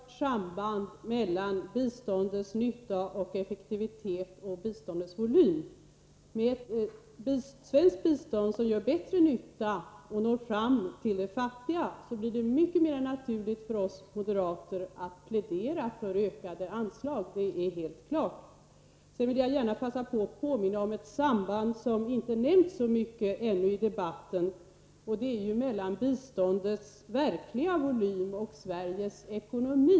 Herr talman! Ett kort svar till Rune Ångström. Ja, vi ser ett klart samband mellan biståndets nytta och effektivitet och biståndets volym. Med ett svenskt bistånd som gör bättre nytta och når fram till de fattiga blir det mycket mera naturligt för oss moderater att plädera för ökade anslag, det är helt klart. Jag vill också gärna passa på att påminna om ett samband som ännu inte nämnts så mycket i debatten. Det är sambandet mellan biståndets verkliga volym och Sveriges ekonomi.